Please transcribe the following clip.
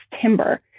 timber